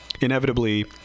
inevitably